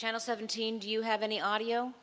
channel seventeen do you have any audio